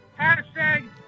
hashtag